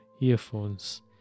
earphones